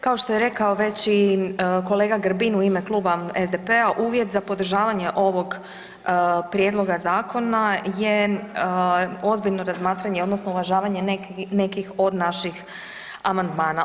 Kao što je rekao već i kolega Grbin u ime Kluba SDP-a, uvjet za podržavanje ovog prijedloga zakona je ozbiljno razmatranje, odnosno uvažavanje nekih od naših amandmana.